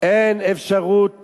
אין אפשרות